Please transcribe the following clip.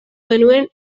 genuen